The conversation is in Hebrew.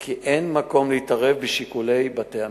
כי אין מקום להתערב בשיקולי שירות בתי-הסוהר.